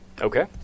Okay